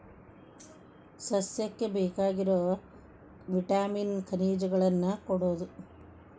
ಸಸ್ಯಕ್ಕ ಬೇಕಾಗಿರು ವಿಟಾಮಿನ್ ಖನಿಜಗಳನ್ನ ಕೊಡುದು